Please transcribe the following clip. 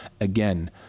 Again